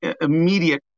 immediate